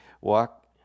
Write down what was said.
walk